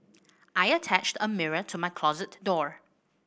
I attached a mirror to my closet door